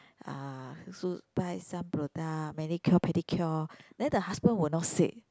uh so buy some product manicure pedicure then the husband will not said